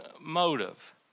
motive